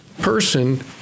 person